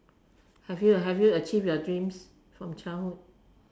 have you have you achieved your dreams from childhood